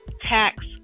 tax